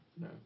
No